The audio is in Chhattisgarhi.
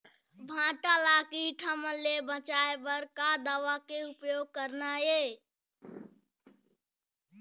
भांटा ला कीट हमन ले बचाए बर का दवा के उपयोग करना ये?